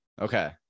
Okay